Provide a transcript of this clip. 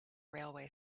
railway